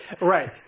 Right